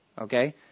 Okay